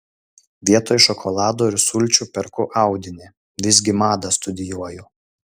vietoj šokolado ir sulčių perku audinį visgi madą studijuoju